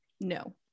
No